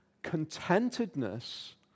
contentedness